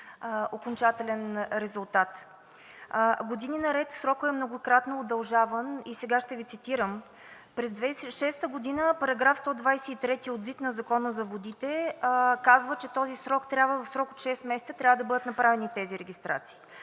окончателен резултат. Години наред срокът е многократно удължаван и сега ще Ви цитирам. През 2006 г. § 123 от ЗИД на Закона за водите казва, че в срок от шест месеца трябва да бъдат направени тези регистрации.